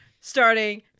starting